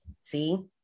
see